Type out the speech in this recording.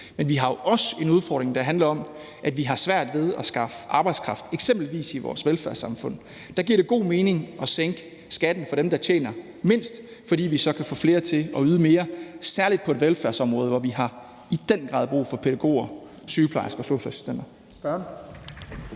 Men vi har jo også en udfordring, der handler om, at vi har svært ved at skaffe arbejdskraft, eksempelvis på vores velfærdsområde. Der giver det god mening at sænke skatten for dem, der tjener mindst, fordi vi så kan få flere til at yde mere, særlig på velfærdsområdet, hvor vi i den grad har brug for pædagoger, sygeplejersker og sosu-assistenter.